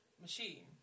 machine